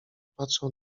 patrzał